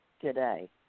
today